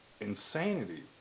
insanity